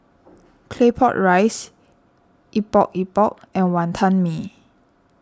Claypot Rice Epok Epok and Wantan Mee